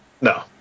No